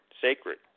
sacred